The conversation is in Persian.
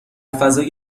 فضای